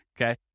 okay